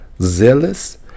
Zealous